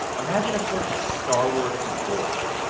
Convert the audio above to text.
imagine a sort of star wars control room